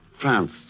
France